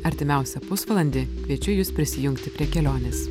artimiausią pusvalandį kviečiu jus prisijungti prie kelionės